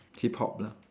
hip-hop lah